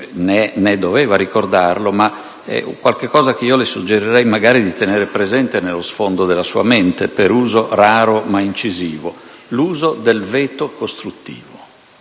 né doveva ricordarlo - uno strumento che le suggerirei magari di tenere presente nello sfondo della sua mente per uso raro ma incisivo: il veto costruttivo.